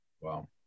Wow